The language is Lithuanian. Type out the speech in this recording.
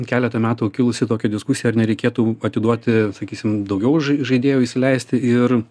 keletą metų kilusi tokia diskusija ar nereikėtų atiduoti sakysim daugiau žai žaidėjų įsileisti ir